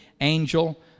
angel